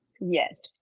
Yes